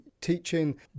teaching